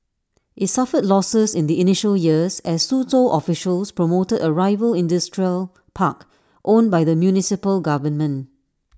IT suffered losses in the initial years as Suzhou officials promoted A rival industrial park owned by the municipal government